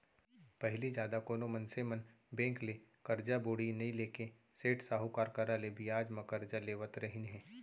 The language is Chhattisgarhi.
पहिली जादा कोनो मनसे मन बेंक ले करजा बोड़ी नइ लेके सेठ साहूकार करा ले बियाज म करजा लेवत रहिन हें